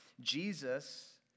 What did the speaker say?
jesus